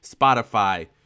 Spotify